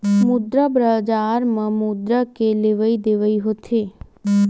मुद्रा बजार म मुद्रा के लेवइ देवइ होथे